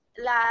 La